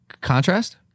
contrast